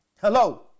Hello